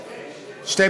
שתי.